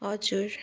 हजुर